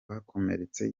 bakomeretse